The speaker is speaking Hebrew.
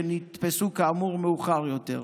שנתפסו כאמור מאוחר יותר.